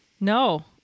No